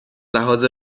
لحاظ